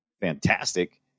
fantastic